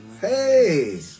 Hey